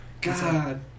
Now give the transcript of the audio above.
God